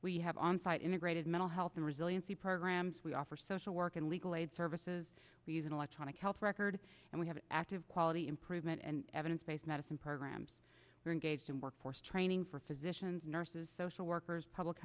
we have on site integrated mental health and resiliency programs we offer social work and legal aid services he's an electronic health record and we have active quality improvement and evidence based medicine programs are engaged in workforce training for physicians nurses social workers public